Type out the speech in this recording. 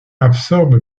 absorbe